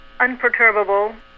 unperturbable